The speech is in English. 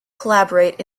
collaborate